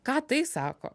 ką tai sako